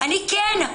אני כן.